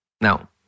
Now